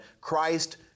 Christ